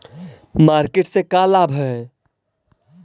Market से का लाभ है?